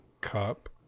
Cup